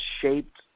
shaped